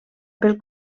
pel